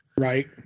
right